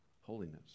holiness